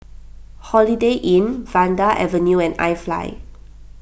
Holiday Inn Vanda Avenue and iFly